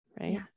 right